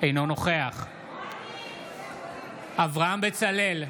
אינו נוכח אברהם בצלאל,